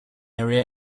area